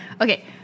okay